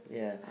yeah